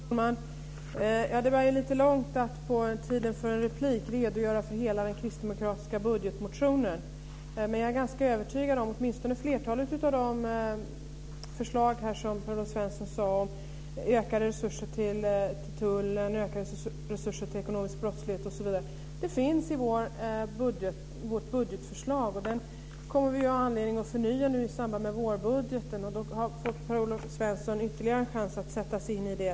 Fru talman! Det är lite svårt att på tiden för en replik redogöra för hela den kristdemokratiska budgetmotionen. Jag är ganska övertygad om att flertalet av de förslag som Per-Olof Svensson talade om, ökade resurser till tullen och till kampen mot ekonomisk brottslighet osv., finns i vårt budgetförslag. Det kommer vi ha anledning att förnya i samband med vårbudgeten. Då får Per-Olof Svensson ytterligare en chans att sätta sig in i det.